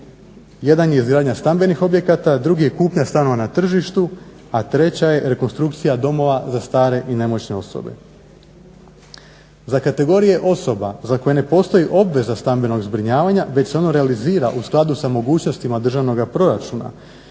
Jedan je izgradnja stambenih objekata, drugi je kupnja stanova na tržištu, a treća je rekonstrukcija domova za stare i nemoćne osobe. Za kategorije osoba za koje ne postoji obveza stambenog zbrinjavanja već se ono realizira u skladu sa mogućnostima državnoga proračuna